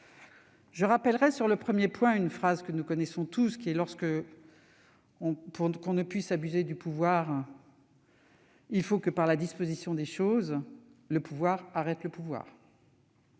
Je rappellerai, sur le premier point, une phrase que nous connaissons tous :« Pour qu'on ne puisse abuser du pouvoir, il faut que, par la disposition des choses, le pouvoir arrête le pouvoir